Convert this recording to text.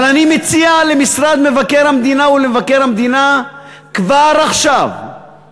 אבל אני מציע למשרד מבקר המדינה ולמבקר המדינה כבר עכשיו,